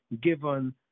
given